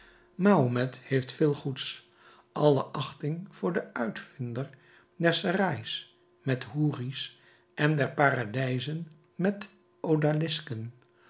mahomet heeft veel goeds alle achting voor den uitvinder der serails met houri's en der paradijzen met odalisken